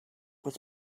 was